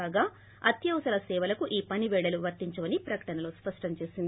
కాగా అత్యవసర సేవలకు ఈ పనిపేళలు వర్తించవని ప్రకటనలో స్పష్టం చేసింది